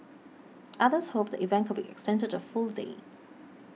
others hoped the event could be extended to a full day